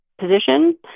position